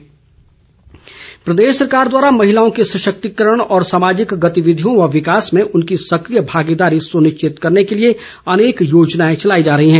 परमार प्रदेश सरकार द्वारा महिलाओं के सशक्तिकरण और सामाजिक गतिविधियों व विकास में उनकी सक्रिय भागीदारी सुनिश्चित करने के लिए अनेक योजनाएं चलाई जा रही है